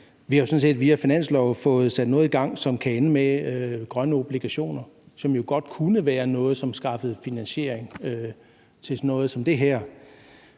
set via finanslove fået sat noget i gang, som kan ende med grønne obligationer, som jo godt kunne være noget, som skaffede finansiering til sådan noget som det her